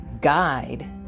guide